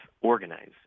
organize